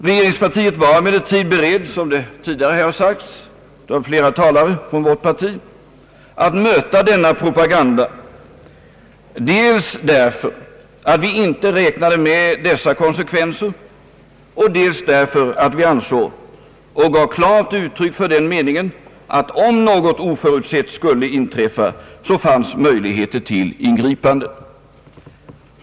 Regeringspartiet var emellertid redo, som det tidigare har sagts av flera talare från vår sida, att möta denna propaganda, dels därför att vi inte räknade med sådana konsekvenser, dels därför att vi ansåg och gav klart uttryck åt den meningen, att om något oförutsett skulle inträffa så fanns möjligheter till ingripande.